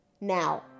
now